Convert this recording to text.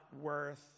worth